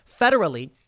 federally